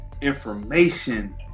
information